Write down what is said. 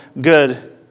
good